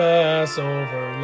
Passover